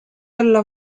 õlle